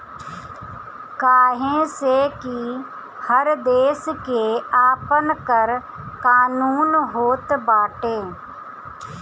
काहे से कि हर देस के आपन कर कानून होत बाटे